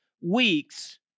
weeks